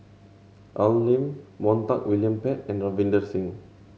Al Lim Montague William Pett and Ravinder Singh